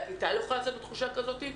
והכיתה לא יכולה לצאת בתחושה כזאת.